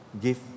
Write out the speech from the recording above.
Give